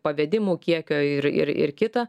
pavedimų kiekio ir ir ir kita